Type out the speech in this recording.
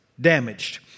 damaged